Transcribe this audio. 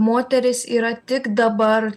moterys yra tik dabar